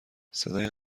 صدای